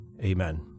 Amen